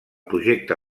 projecte